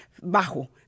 bajo